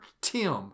Tim